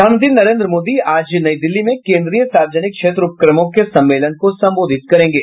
प्रधानमंत्री नरेन्द्र मोदी आज नई दिल्ली में केन्द्रीय सार्वजनिक क्षेत्र उपक्रमों के सम्मेलन को संबोधित करेंगे